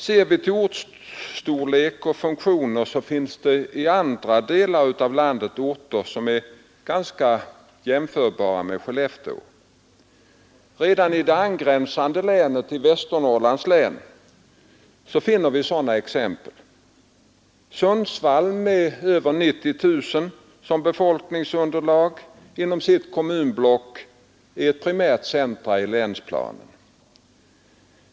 Ser vi till ortsstorlek och funktioner finns det i andra delar av landet orter, som är ganska jämförbara med Skellefteå. Redan i det angränsande Västernorrlands län finner vi sådana exempel. Sundsvall med över 90 000 som befolkningsunderlag inom sitt kommunblock är ett primärt centrum i länsplanen.